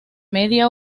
media